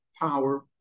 power